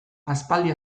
aspaldi